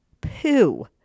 poo